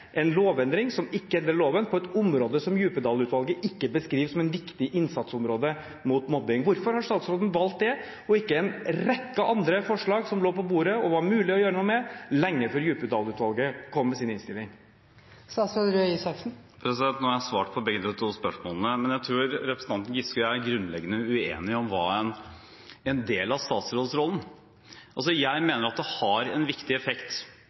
en lovendring som ikke endrer loven, på et område som Djupedal-utvalget ikke beskriver som et viktig innsatsområde mot mobbing? Hvorfor har statsråden valgt det og ikke en rekke andre forslag som lå på bordet og var mulig å gjøre noe med, lenge før Djupedal-utvalget kom med sin innstilling? Nå har jeg svart på begge de to spørsmålene. Men jeg tror representanten Giske og jeg er grunnleggende uenige om en del av statsrådsrollen. Jeg mener det har en viktig effekt